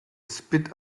spit